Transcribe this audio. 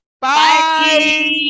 Bye